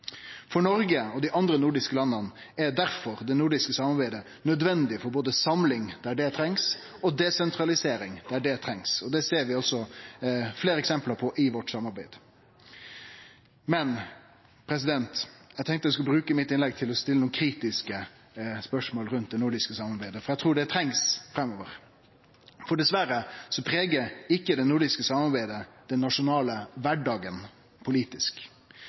For Noreg og dei andre nordiske landa er det nordiske samarbeidet difor nødvendig for både samling, der det trengst, og desentralisering, der det trengst. Det ser vi fleire eksempel på i vårt samarbeid. Men eg tenkte eg skulle bruke innlegget mitt til å stille nokre kritiske spørsmål rundt det nordiske samarbeidet, for eg trur det trengst framover. Dessverre pregar ikkje det nordiske samarbeidet den nasjonale kvardagen politisk.